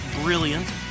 brilliant